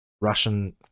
Russian